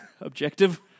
objective